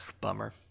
bummer